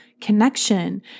connection